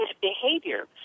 behavior